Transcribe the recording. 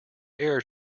error